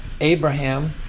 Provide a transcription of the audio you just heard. Abraham